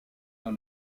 dans